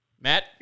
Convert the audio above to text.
Matt